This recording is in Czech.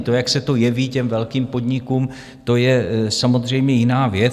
To, jak se to jeví těm velkým podnikům, je samozřejmě jiná věc.